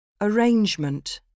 Arrangement